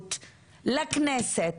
מחויבות לכנסת.